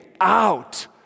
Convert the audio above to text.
out